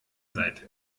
seid